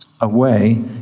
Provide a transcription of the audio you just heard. away